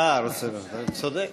צודק.